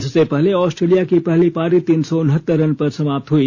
इससे पहले ऑस्ट्रेलिया की पहली पारी तीन सौ उनहतर रन पर समाप्त् हुई